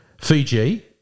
Fiji